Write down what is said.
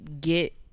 get